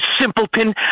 simpleton